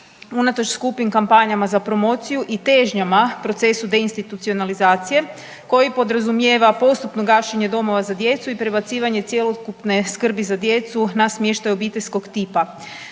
unatoč skupim kampanjama za promociju i težnjama procesu deintitucionalizacije koji podrazumijeva postupno gašenje domova za djecu i prebacivanje cjelokupne skrbi za djecu na smještaj obiteljskog tipa.